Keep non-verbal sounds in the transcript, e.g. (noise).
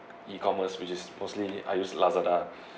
E-commerce which is mostly I use lazada (breath)